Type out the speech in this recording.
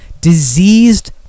diseased